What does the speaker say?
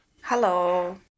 Hello